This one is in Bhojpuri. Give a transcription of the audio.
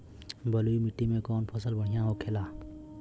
बलुई मिट्टी में कौन फसल बढ़ियां होखे ला?